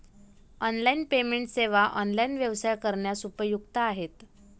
online payment सेवा online व्यवसाय करण्यास उपयुक्त आहेत